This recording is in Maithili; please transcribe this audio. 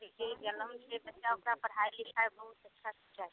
जे जनम से बच्चा ओकरा पढ़ाइ लिखाइ बहुत अच्छा से चाही